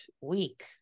week